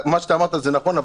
מה שאמרת זה נכון,